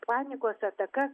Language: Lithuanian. panikos ataka